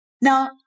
Now